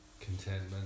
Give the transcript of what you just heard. contentment